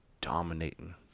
Dominating